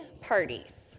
parties